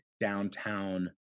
downtown